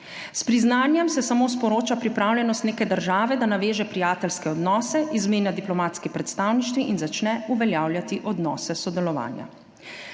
s priznanjem se samo sporoča pripravljenost neke države, da naveže prijateljske odnose, izmenja diplomatski predstavništvi in začne uveljavljati odnose sodelovanja.